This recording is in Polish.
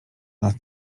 nas